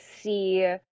see